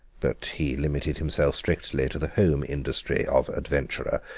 but he limited himself strictly to the home industry of adventurer,